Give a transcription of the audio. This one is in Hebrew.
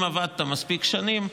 אם עבדת מספיק שנים,